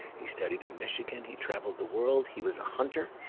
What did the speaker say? he studied in michigan. he traveled the world. he was a hunter.